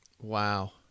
Wow